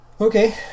Okay